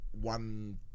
one